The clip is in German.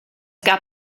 gab